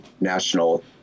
National